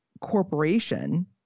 corporation